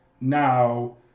now